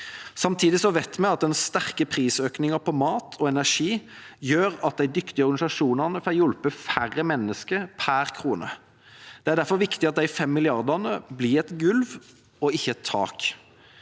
Samtidig vet vi at den sterke prisøkningen på mat og energi gjør at de dyktige organisasjonene får hjulpet færre mennesker per krone. Det er derfor viktig at de fem milliardene blir et gulv, ikke et tak.